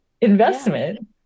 investment